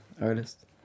artist